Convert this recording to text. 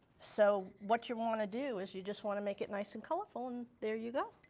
so, what you want to do is you just want to make it nice and colorful and there you go.